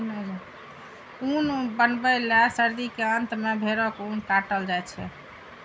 ऊन बनबै लए सर्दी के अंत मे भेड़क ऊन काटल जाइ छै